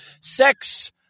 sex